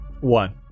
One